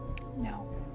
No